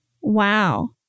Wow